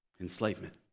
enslavement